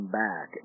back